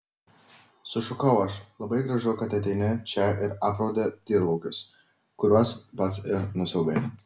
sušukau aš labai gražu kad ateini čia ir apraudi tyrlaukius kuriuos pats ir nusiaubei